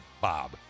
Bob